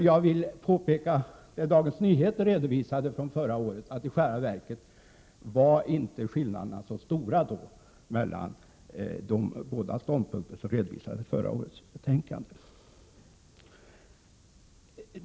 Jag vill hävda — det påpekade också Dagens Nyheter då — att skillnaderna i själva verket inte var så stora mellan de båda ståndpunkter som redovisades i förra årets betänkande.